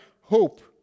hope